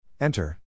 Enter